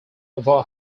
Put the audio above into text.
over